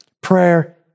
prayer